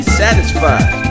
satisfied